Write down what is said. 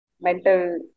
mental